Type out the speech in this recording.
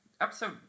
Episode